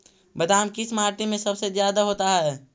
बादाम किस माटी में सबसे ज्यादा होता है?